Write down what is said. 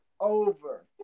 over